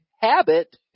habit